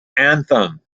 anthem